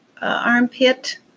armpit